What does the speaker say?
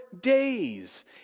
days